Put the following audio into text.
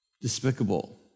Despicable